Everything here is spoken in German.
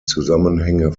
zusammenhänge